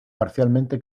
parcialmente